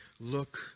look